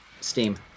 Steam